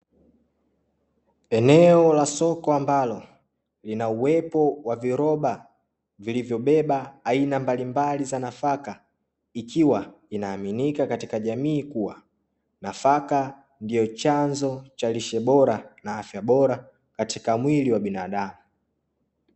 Eneo la soko ambalo lina uwepo wa viroba vilivyobeba aina mbalimbali za nafaka, ikiwa inaaminika katika jamii kuwa nafaka ndio chanzo cha lishe bora na afya bora katika mwili wa binadamu.